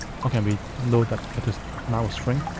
how can we know that it is now a string?